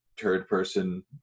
third-person